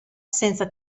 senza